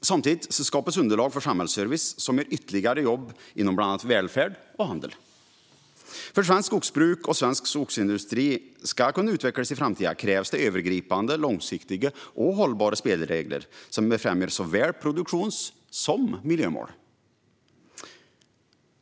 Samtidigt skapas underlag för samhällsservice som ger ytterligare jobb inom bland annat välfärd och handel. För att svenskt skogsbruk och svensk skogsindustri ska kunna utvecklas i framtiden krävs övergripande långsiktiga och hållbara spelregler som befrämjar såväl produktionsmål som miljömål.